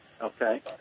Okay